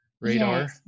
radar